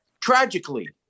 tragically